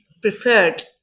preferred